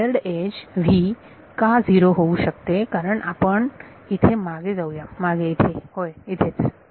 तर shared edge v का 0 होऊ शकते कारण आपण पण इथे मागे जाऊया मागे येथे होय इथेच